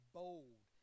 bold